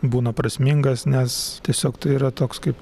būna prasmingas nes tiesiog tai yra toks kaip